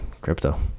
crypto